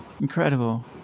Incredible